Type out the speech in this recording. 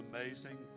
amazing